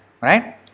right